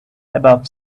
above